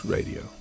Radio